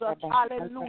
hallelujah